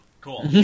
Cool